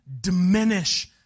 diminish